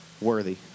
worthy